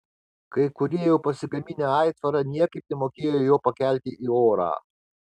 kai kurie jau pasigaminę aitvarą niekaip nemokėjo jo pakelti į orą